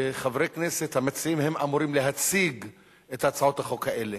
חברי הכנסת המציעים אמורים להציג את הצעות החוק האלה,